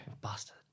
bastard